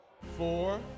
Four